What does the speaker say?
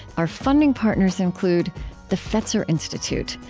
our funding partners include the fetzer institute,